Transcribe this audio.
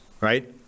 right